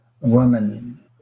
woman